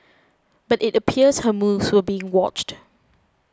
but it appears her moves were being watched